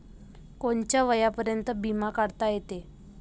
कोनच्या वयापर्यंत बिमा काढता येते?